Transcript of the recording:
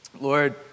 Lord